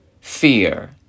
Fear